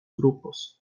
grupos